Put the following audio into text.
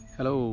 Hello